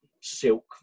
silk